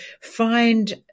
find